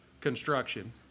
construction